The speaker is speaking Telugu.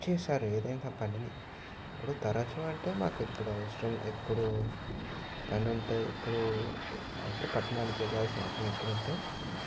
చేస్తారు ఏదైనా పనిని ఇప్పుడు తరచూ అంటే మాకు ఎప్పుడు అవసరం ఎప్పుడు పని ఉంటె ఎప్పుడు అంటే పట్టణానికి వెళ్ళాల్సిన అవసరం ఎప్పుడుంటే